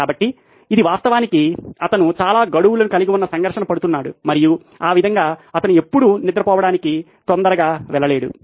కాబట్టి ఇది వాస్తవానికి అతను చాలా గడువులను కలిగి ఉన్న సంఘర్షణ పడుతున్నాడు మరియు ఆ విధంగా అతను ఎప్పుడూ నిద్రపోవడానికి తొందరగా వెళ్ళలేడు